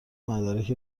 مدارک